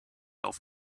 auf